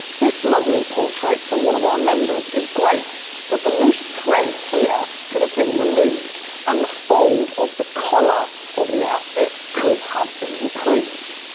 this lovely portrait from one of our members is great but the loose thread here could have been removed and the fold of the collar of the outfit could have been improved.